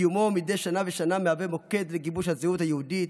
קיומו מדי שנה בשנה מהווה מוקד לגיבוש הזהות היהודית,